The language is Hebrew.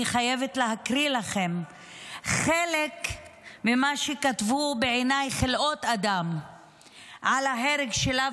אני חייבת להקריא לכם חלק ממה שכתבו בעיניי חלאות אדם על ההרג שלה,